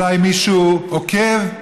אולי מישהו עוקב,